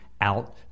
out